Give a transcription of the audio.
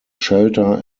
shelter